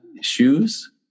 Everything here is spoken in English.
Shoes